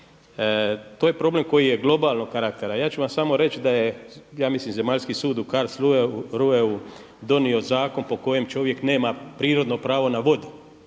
To je problem koji je globalnog karaktera. A ja ću vam samo reći da je ja mislim zemaljski sud u Karlsruheu donio zakon po kojem čovjek nema prirodno pravo na vodu.